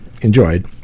enjoyed